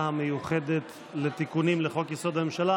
המיוחדת לתיקונים לחוק-יסוד: הממשלה.